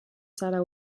zara